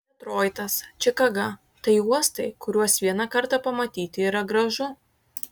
detroitas čikaga tai uostai kuriuos vieną kartą pamatyti yra gražu